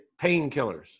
Painkillers